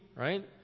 right